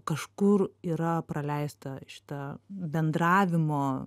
kažkur yra praleista šita bendravimo